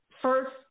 First